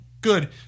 Good